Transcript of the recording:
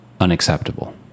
unacceptable